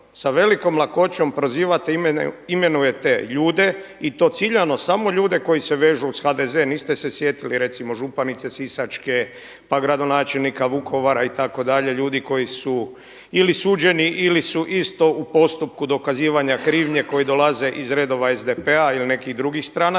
sa velikom lakoćom prozivate i imenujete ljude i to ciljamo samo ljude koji se vežu uz HDZ. Niste se sjetili recimo županice sisačke, pa gradonačelnika Vukovara itd. ljudi koji su ili suđeni ili su isto u postupku dokazivanja krivnje koji dolaze iz redova SDP-a ili nekih drugih stranaka,